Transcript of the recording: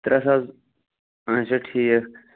ترٛےٚ ساس اَچھا ٹھیٖک